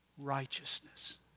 righteousness